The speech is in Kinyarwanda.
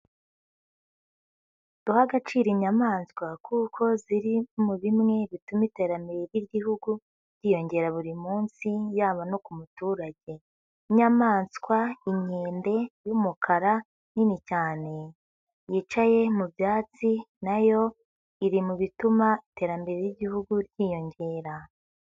Duhe agaciro inyamaswa kuko ziri mu bimwe bituma iterambere ry'igihugu ryiyongera buri munsi, yaba no ku muturage, nk'inyamaswa inkende y'umukara nini cyane yicaye mu byatsi na yo iri mu bituma iterambere ry'igihugu ryiyongera.